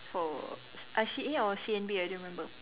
for I_C_A or C_N_B I don't remember